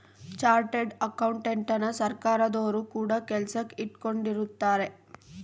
chartered ಅಕೌಂಟೆಂಟನ ಸರ್ಕಾರದೊರು ಕೂಡ ಕೆಲಸಕ್ ಇಟ್ಕೊಂಡಿರುತ್ತಾರೆ